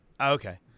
Okay